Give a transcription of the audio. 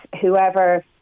whoever